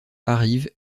arrive